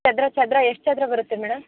ಚದರ ಚದರ ಎಷ್ಟು ಚದರ ಬರುತ್ತೆ ಮೇಡಮ್